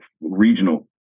regional